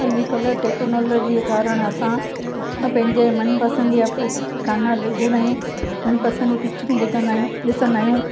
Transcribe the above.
अॼुकल्ह टेक्नोलॉजी जे कारण असां पंहिंजे मनपसंदगीअ जा गाना ॿुधंदा आहियूं मनपसंदगी पिच्चरूं ॿुधंदा आहियूं ॾिसंदा आहियूं